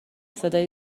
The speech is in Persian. صدای